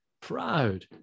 proud